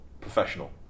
professional